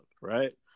right